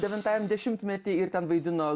devintajam dešimtmety ir ten vaidino